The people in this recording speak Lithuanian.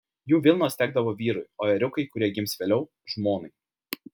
jų vilnos tekdavo vyrui o ėriukai kurie gims vėliau žmonai